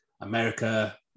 America